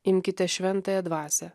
imkite šventąją dvasią